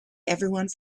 everyone